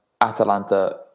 Atalanta